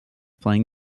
playing